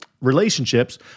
relationships